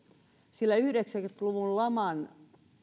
sillä yhdeksänkymmentä luvun laman